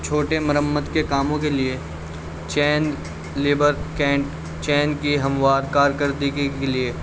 چھوٹے مرمت کے کاموں کے لیے چین لیبر کینٹ چین کی ہموار کارکردگی کے لیے